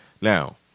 Now